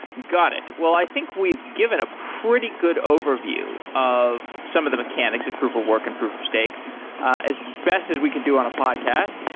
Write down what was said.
got it. well, i think we've given up ah pretty good overview of some of the mechanics of proof of work and proof of steak as best as we can do on a podcast.